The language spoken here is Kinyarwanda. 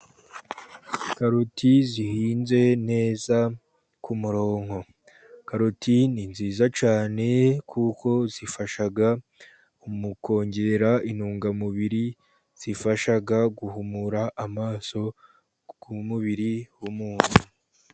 Karoti zihinze neza ku muronko, karoti ni nziza cyane kuko zifasha mu kongera intungamubiri, zifasha guhumura amaso ku mubiri wumuntu.